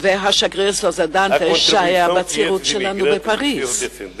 והשגריר סוזה דנטס, שהיה בצירות שלנו בפריס.